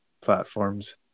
platforms